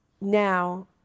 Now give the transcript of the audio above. now